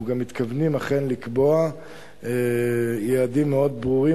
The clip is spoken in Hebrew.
אנחנו גם מתכוונים אכן לקבוע יעדים מאוד ברורים